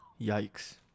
Yikes